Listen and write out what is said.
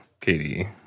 Katie